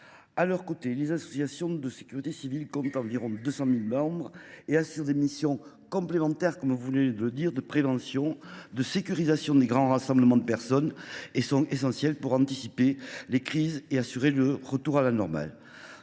À leurs côtés, les associations de sécurité civile comptent environ 200 000 membres. Elles assurent des missions complémentaires de prévention, sécurisent les grands rassemblements de personnes et sont essentielles pour anticiper les crises et assurer le retour à la normale.